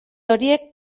horiek